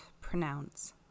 pronounce